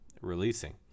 releasing